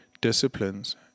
disciplines